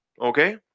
Okay